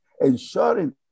ensuring